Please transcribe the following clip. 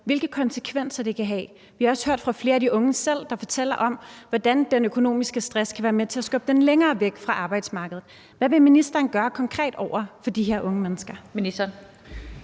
hvilke konsekvenser det kan have. Vi har også hørt fra flere af de unge selv, der fortæller om, hvordan den økonomiske stress kan være med til at skubbe dem længere væk fra arbejdsmarkedet. Hvad vil ministeren konkret gøre over for de her unge mennesker?